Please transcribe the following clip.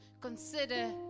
consider